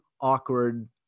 awkward